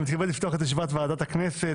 אני מתכבד לפתוח את ישיבת ועדת הכנסת.